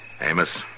Amos